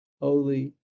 holy